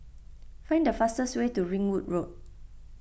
find the fastest way to Ringwood Road